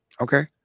Okay